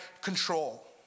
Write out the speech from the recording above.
control